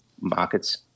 markets